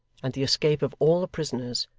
and the escape of all the prisoners,